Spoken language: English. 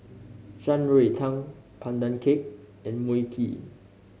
Shan Rui Tang Pandan Cake and Mui Kee